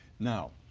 now,